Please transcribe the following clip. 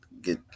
get